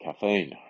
caffeine